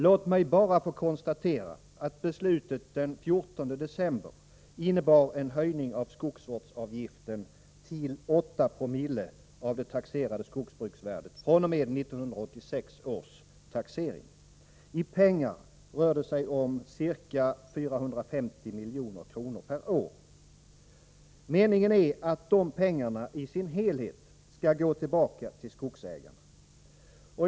Låt mig bara få konstatera, att beslutet den 14 december innebar en höjning av skogsvårdsavgiften till 8£o av det taxerade skogsbruksvärdet fr.o.m. 1986 års taxering. I pengar rör det sig om ca 450 milj.kr. per år. Meningen är att dessa pengar i sin helhet skall gå tillbaka till skogsägarna.